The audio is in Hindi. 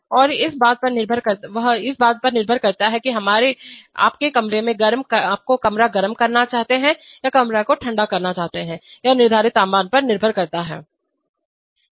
और इस बात पर निर्भर करता है कि आप कमरे को गर्म करना चाहते हैं या कमरे को ठंडा करना चाहते हैं यह निर्धारित तापमान पर निर्भर करता है